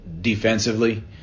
defensively